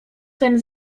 ten